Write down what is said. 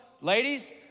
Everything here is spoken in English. ladies